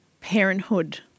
parenthood